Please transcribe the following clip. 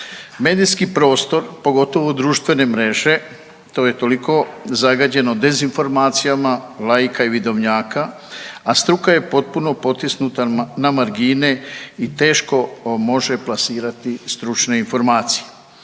Medijski prostor pogotovo društvene mreže to je toliko zagađeno dezinformacijama laika i vidovnjaka, a struka je potpuno potisnuta na margine i teško može plasirati stručne informacije.